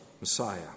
Messiah